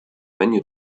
menu